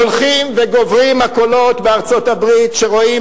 הולכים וגוברים הקולות בארצות-הברית שרואים